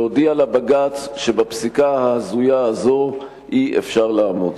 ולהודיע לבג"ץ שבפסיקה ההזויה הזאת אי-אפשר לעמוד.